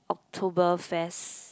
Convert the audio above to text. Oktoberfest